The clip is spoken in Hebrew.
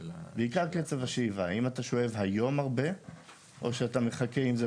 בעיקר קצב השאיבה אם אתה שואב היום הרבה או שאתה מחכה עם זה,